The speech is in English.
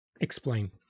Explain